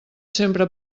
sempre